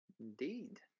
Indeed